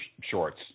shorts